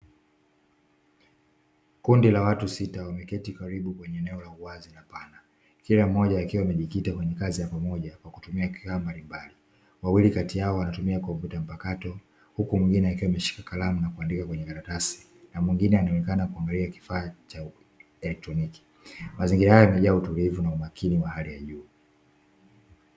Kundi la watu sita wameketi karibu kwenye eneo la uwazi mpana, kila mmoja akiwa amejikita kwenye kazi ya pamoja kwa kutumia kikao mbalimbali, wawili kati yao wanatumia" kompyuta mpakato", huku mwingine akiwa ameshika kalamu na kuandika kwenye karatasi na mwingine anaonekana kuangalia kifaa cha elektroniki, mazingira yao yamejaa utulivu na umakini wa hali ya juu.